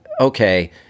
okay